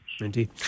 Indeed